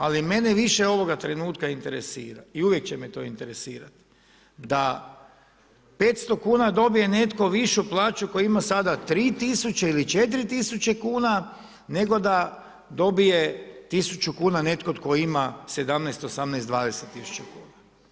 Ali mene više ovoga trenutka interesira i uvijek će me to interesirati, da 500 kn dobije netko višu plaću koji ima sada 3000 ili 4000 kn, nego da dobije 1000 kn netko tko ima 17, 18, 20 tisuća kn.